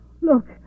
Look